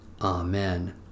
Amen